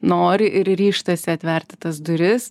nori ir ryžtasi atverti tas duris